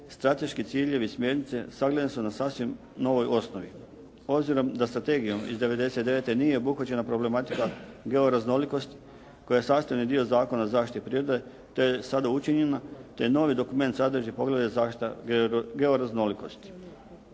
strateški ciljevi i smjernice sagledani su na sasvim novoj osnovi. Obzirom da Strategijom iz '99. nije obuhvaćena problematika georaznolikosti koja je sastavni dio Zakona o zaštiti prirode, te je sada učinjena, te novi dokument sadrži poglede zaštita georaznolikosti.